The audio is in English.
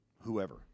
whoever